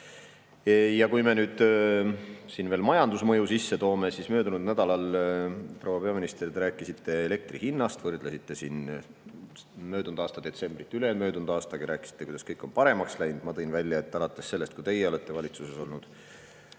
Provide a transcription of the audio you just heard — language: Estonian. Kui me nüüd ka majandusmõju sisse toome, siis möödunud nädalal, proua peaminister, te rääkisite elektri hinnast, võrdlesite siin möödunud aasta detsembrit ülemöödunud aastaga, rääkisite, kuidas kõik on paremaks läinud. Ma tõin välja, et alates sellest, kui teie olete valitsuses olnud,